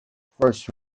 first